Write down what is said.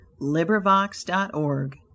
LibriVox.org